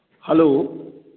hello